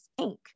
Inc